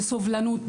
בסובלנות,